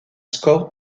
score